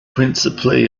principally